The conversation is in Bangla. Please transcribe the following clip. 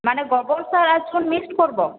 মানে গোবর সার আর চুন মিক্স করব